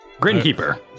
Grinkeeper